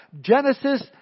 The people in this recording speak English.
Genesis